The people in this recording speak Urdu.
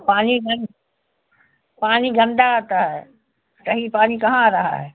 پانی پانی گندا آتا ہے صحیح پانی کہاں آ رہا ہے